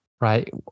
Right